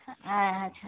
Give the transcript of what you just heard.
ᱟᱪᱪᱷᱟ